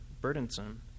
burdensome